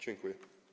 Dziękuję.